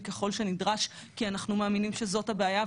ככל שנדרש כי אנחנו מאמינים שזאת הבעיה,